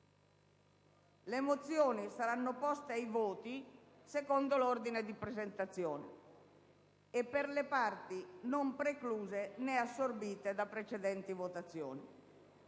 le mozioni saranno poste ai voti secondo l'ordine di presentazione e per le parti non precluse né assorbite da precedenti votazioni.